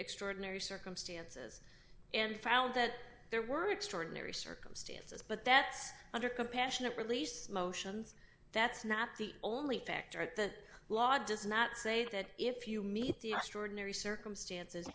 extraordinary circumstances and found that there were extraordinary circumstances but that's under compassionate release motions that's not the only factor at the law does not say that if you meet the are stored unary circumstances